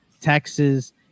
Texas